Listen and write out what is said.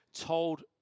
told